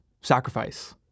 sacrifice